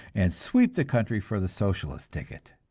and sweep the country for the socialist ticket.